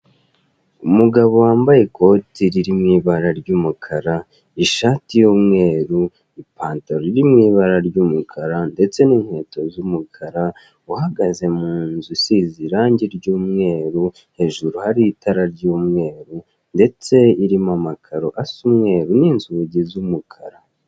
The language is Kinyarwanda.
Umugabo wambaye ikoti ririmo ibara ry'umukara, ishati y'umweru, ipantaro iri mu ibara ry'umukara ndetse n'inketo z'umukara uhagaze munzu isize irange ry'umweru hejuru hari itara ry'umweru ndetse irimo amakaro asa umweru n'inzugi z'umukara.